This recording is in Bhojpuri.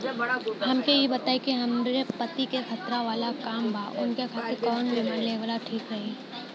हमके ई बताईं कि हमरे पति क खतरा वाला काम बा ऊनके खातिर कवन बीमा लेवल ठीक रही?